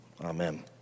Amen